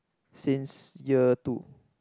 since year two